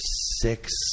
six